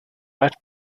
rhett